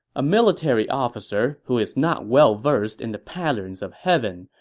a military officer who is not well-versed in the patterns of heaven,